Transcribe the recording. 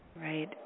Right